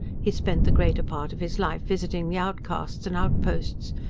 he spent the greater part of his life visiting the outcasts and outposts,